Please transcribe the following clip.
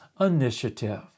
initiative